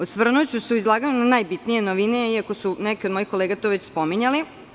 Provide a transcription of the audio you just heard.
Osvrnuću se u izlaganju na najbitnije novine, iako su neke od mojih kolega to već spominjali.